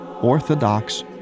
Orthodox